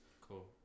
Cool